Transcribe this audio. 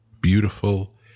beautiful